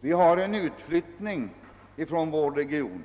Vi har en utflyttning från vår region,